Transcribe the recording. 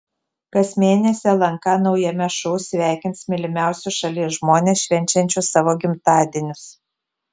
kas mėnesį lnk naujame šou sveikins mylimiausius šalies žmones švenčiančius savo gimtadienius